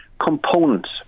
components